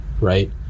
right